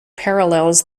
parallels